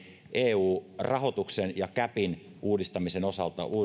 eu rahoituksen ja capin uudistamisen osalta